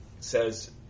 says